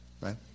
Right